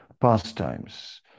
pastimes